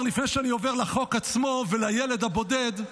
לפני שאני עובר לחוק עצמו ולילד הבודד,